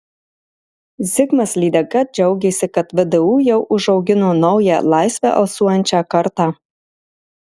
zigmas lydeka džiaugėsi kad vdu jau užaugino naują laisve alsuojančią kartą